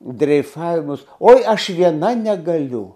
dreifavimas oi aš viena negaliu